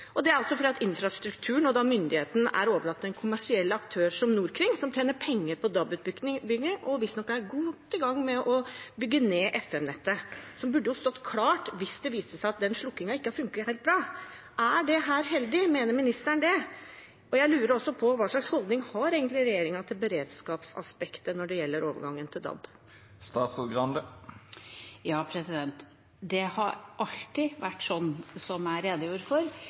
Det er altså fordi infrastrukturen, og da myndigheten, er overlatt til en kommersiell aktør som Norkring, som tjener penger på DAB-utbygging og visstnok er godt i gang med å bygge ned FM-nettet, som burde stått klart hvis det viste seg at slukkingen ikke fungerte helt bra. Er dette heldig? Mener ministeren det? Jeg lurer også på hva slags holdning regjeringen egentlig har til beredskapsaspektet når det gjelder overgangen til DAB. Det har alltid vært sånn som jeg redegjorde for,